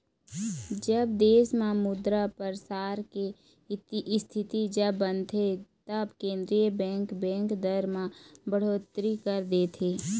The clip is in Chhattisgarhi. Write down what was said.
जब देश म मुद्रा परसार के इस्थिति जब बनथे तब केंद्रीय बेंक, बेंक दर म बड़होत्तरी कर देथे